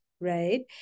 Right